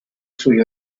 through